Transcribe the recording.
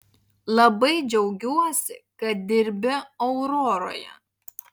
labai džiaugiuosi kad dirbi auroroje